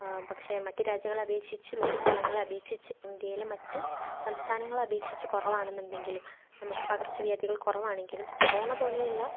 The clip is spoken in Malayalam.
പക്ഷെ മറ്റ് രാജ്യങ്ങളെ അപേക്ഷിച്ച് മറ്റ് സ്ഥലങ്ങളെ അപേക്ഷിച്ച് ഇന്ത്യയിലെ മറ്റ് സംസ്ഥാനങ്ങളെ അപേക്ഷിച്ച് കുറവാണെന്നുണ്ടെങ്കിലും നമുക്ക് പകർച്ചവ്യാധികൾ കുറവാണെങ്കിലും കൊറോണ പോലെയുള്ള